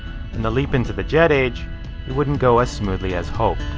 and the leap into the jet age it wouldn't go as smoothly as hoped.